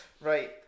Right